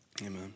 Amen